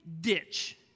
ditch